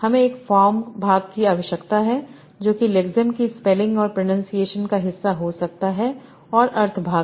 हमें एक फॉर्म भाग की आवश्यकता है जो कि लेक्सेम की स्पेलिंग और प्रनंसीएशन का हिस्सा हो सकता हैऔर अर्थ भाग